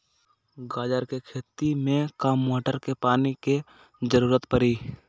गाजर के खेती में का मोटर के पानी के ज़रूरत परी?